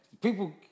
People